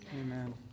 Amen